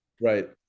right